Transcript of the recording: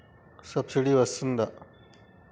Subsidy వస్తదా?